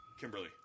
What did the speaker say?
Kimberly